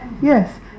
yes